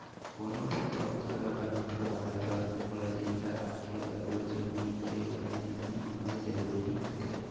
कोनो भी पउधा ल बने भोगाय बर ओला जिंदा राखे बर ओ जमीन के बने नमी होना जरूरी होथे